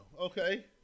okay